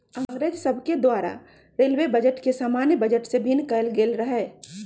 अंग्रेज सभके द्वारा रेलवे बजट के सामान्य बजट से भिन्न कएल गेल रहै